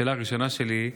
שאלה ראשונה שלי: